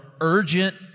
urgent